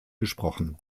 gesprochen